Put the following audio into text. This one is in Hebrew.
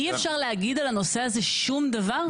אי אפשר להגיד על הנושא הזה שום דבר?